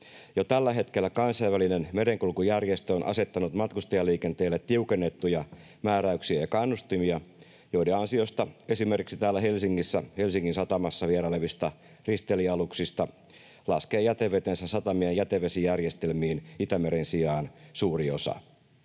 Jo tällä hetkellä Kansainvälinen merenkulkujärjestö on asettanut matkustajaliikenteelle tiukennettuja määräyksiä ja kannustimia, joiden ansiosta esimerkiksi täällä Helsingissä, Helsingin satamassa vierailevista risteilyaluksista laskee jätevetensä satamien jätevesijärjestelmiin Itämeren sijaan suuri osa.